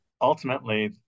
ultimately